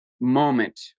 moment